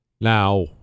Now